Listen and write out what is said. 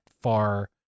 far